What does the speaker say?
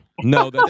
no